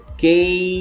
Okay